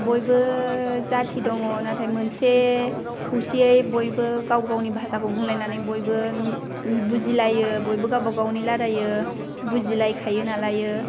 बयबो जाति दङ नाथाय बयबो मोनसे खौसेयै गावनि भासाखौ बुंलायनानै बयबो बुजिलायो बयबो गावबागावनि रायलायो बुजिलायखायो नालायो